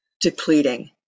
depleting